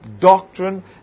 doctrine